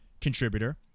contributor